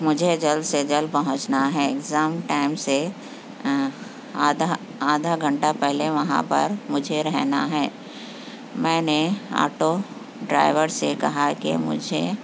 مجھے جلد سے جلد پہنچنا ہے ایگزام ٹائم سے آدھا آدھا گھنٹہ پہلے وہاں پر مجھے رہنا ہے میں نے آٹو ڈرائیور سے کہا کہ مجھے